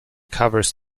covers